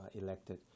elected